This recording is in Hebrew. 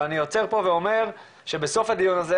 אבל אני עוצר פה ואומר שבסוף הדיון הזה